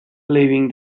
leaving